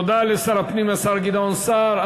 תודה לשר הפנים, השר גדעון סער.